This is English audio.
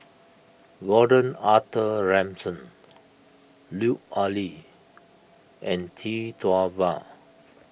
Gordon Arthur Ransome Lut Ali and Tee Tua Ba